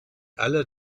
alle